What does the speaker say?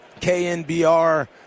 KNBR